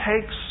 takes